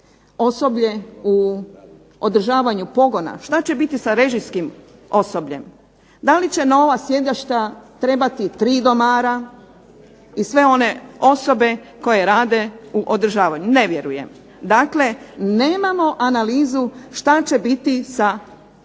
osoblje u održavanju pogona. Šta će biti sa režijskim osobljem, da li će nova sjedišta trebati tri domara i sve one osobe koje rade u održavanju? Ne vjerujem. Dakle, nemamo analizu šta će biti sa eventualnim